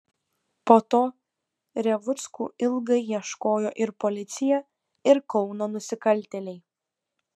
po to revuckų ilgai ieškojo ir policija ir kauno nusikaltėliai